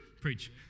Preach